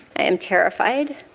i am terrified.